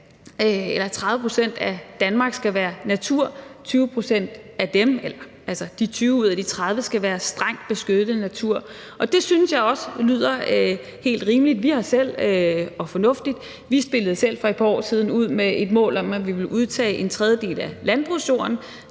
30 pct. af Danmark, skal være natur. De 20 pct. ud af de 30 pct. skal være strengt beskyttet natur. Det synes jeg også lyder helt rimeligt og fornuftigt. Vi spillede selv for et par år siden ud med et mål om, at vi ville udtage en tredjedel af landbrugsjorden.